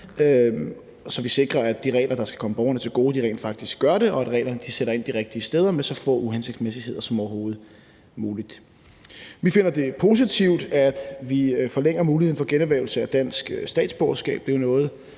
så vi sikrer, at de regler, der skal komme borgerne til gode, rent faktisk gør det, og at reglerne sætter ind de rigtige steder med så få uhensigtsmæssigheder som overhovedet muligt. Vi finder det positivt, at vi forlænger muligheden for generhvervelse af dansk statsborgerskab.